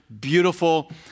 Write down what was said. Beautiful